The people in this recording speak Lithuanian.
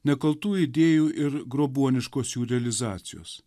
nekaltų idėjų ir grobuoniškos jų realizacijos